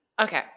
Okay